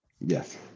Yes